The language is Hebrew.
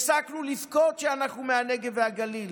הפסקנו לבכות שאנחנו מהנגב והגליל.